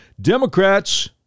Democrats